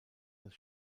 das